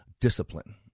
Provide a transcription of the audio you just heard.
discipline